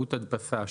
טעות הדפסה,